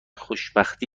خوشبختی